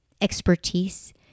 expertise